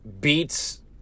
beats